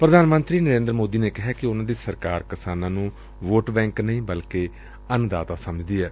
ਪ੍ਰਧਾਨ ਮੰਤਰੀ ਨਰੇਦਰ ਮੋਦੀ ਨੇ ਕਿਹੈ ਕਿ ਉਨ੍ਨਾ ਦੀ ਸਰਕਾਰ ਕਿਸਾਨਾਂ ਨੂੰ ਵੋਟ ਬੈਕ ਨਹੀ ਅੰਨਦਾਤਾ ਸਮਝਦੀ ਏ